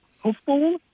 hopeful